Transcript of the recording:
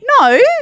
No